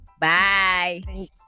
Bye